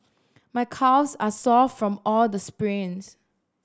my calves are sore from all the sprints